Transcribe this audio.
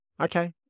Okay